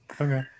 Okay